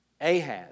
Ahaz